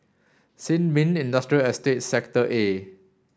Sin Ming Industrial Estate Sector A